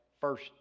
first